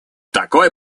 такой